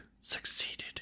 succeeded